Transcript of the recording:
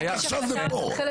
החוק עכשיו זה פה.